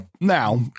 Now